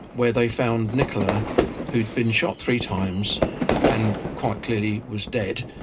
where they found nicola who'd been shot three times and quite clearly was dead,